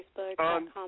Facebook.com